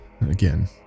Again